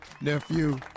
Nephew